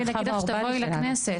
בא לי להגיד לך שתבואי לכנסת.